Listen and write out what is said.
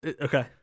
Okay